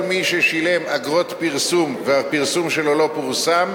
מי ששילם אגרות פרסום והפרסום שלו לא פורסם,